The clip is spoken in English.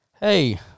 hey